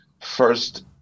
first